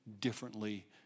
differently